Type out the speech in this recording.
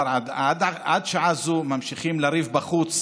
ועד שעה זו ממשיכים לריב בחוץ